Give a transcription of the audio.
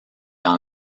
dans